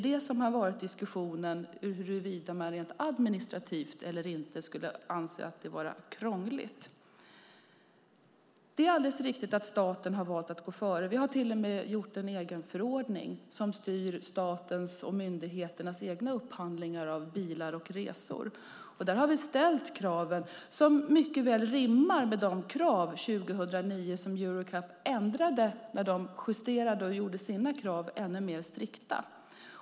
Det har diskuterats huruvida man rent administrativt skulle anse det vara krångligt eller inte. Det är alldeles riktigt att staten valt att gå före. Vi har till och med gjort en egen förordning som styr statens och myndigheternas egna upphandlingar av bilar och resor. Där har vi ställt krav som mycket väl rimmar med de krav som Euro NCAP har sedan 2009 då de justerade kraven och gjorde dem ännu mer strikta.